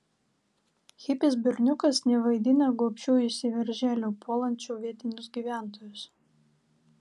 hipis berniukas nevaidina gobšių įsiveržėlių puolančių vietinius gyventojus